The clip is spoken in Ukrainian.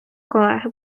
колеги